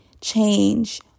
change